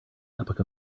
epoch